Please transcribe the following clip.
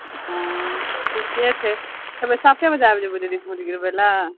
हँ ठीके छै सवेरे साते बजे आबि जेबै दीदी भोट गिरबै लए